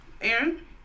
Aaron